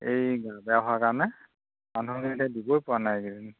এই গা বেয়া হোৱা কাৰণে মানুহক এতিয়া দিবই পৰা নাই এইকেইদিন